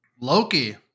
Loki